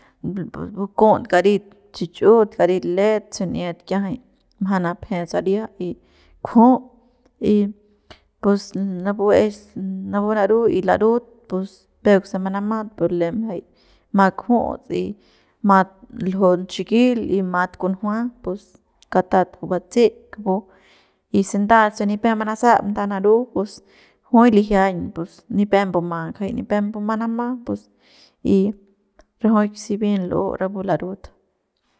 bukut karit xichu'ut karit let se ni'at kiajay mjang napje saria y kju y pus napu es napu naru y larut pus peuk se manamat pus lem jay ma kjuts y mat ljun xiyil y mat kunjua pus katat juy batseik kupu y si nda nipep manasap nda naru pus juy lijiañ pus nipep mbuma pus kjay nipep mbumag nama pus y rajuik si bien l'u rapu larut.